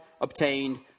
obtained